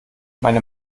meine